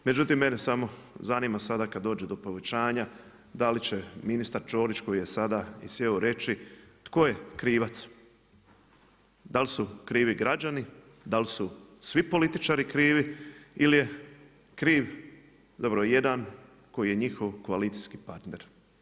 Međutim mene samo zanima sada kada dođe do povećanja da li će ministar Ćorić koji je sada i sjeo reći, tko je krivac, da li su krivi građani, da li su svi političari krivi ili je kriv dobro jedan koji je njihov koalicijski partner.